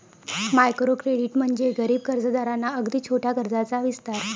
micro credit म्हणजे गरीब कर्जदारांना अगदी छोट्या कर्जाचा विस्तार